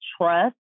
trust